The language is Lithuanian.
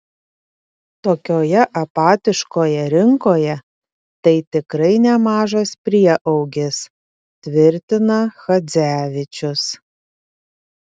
tokioje apatiškoje rinkoje tai tikrai nemažas prieaugis tvirtina chadzevičius